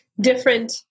different